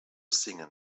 singen